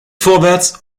vorwärts